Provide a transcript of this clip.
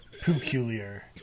Peculiar